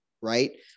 right